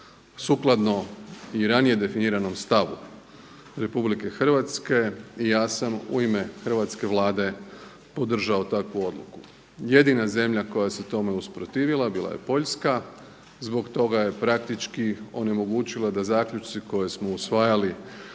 sukladno i ranije definiranom stavu RH i ja sam u ime hrvatske Vlade podržao takvu odluku. Jedina zemlja koja se tome usprotivila bila je Poljska zbog toga je praktički onemogućila da zaključci koje smo usvajali